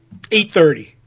8.30